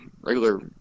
regular